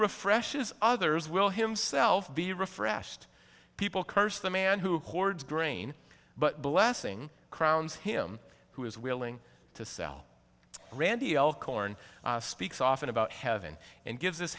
refreshes others will himself be refresh the people curse the man who hoards grain but blessing crowns him who is willing to sell brandy of corn speaks often about heaven and gives us